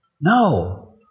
No